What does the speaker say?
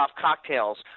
cocktails